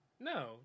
No